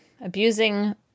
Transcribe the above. Abusing